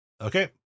Okay